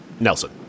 Nelson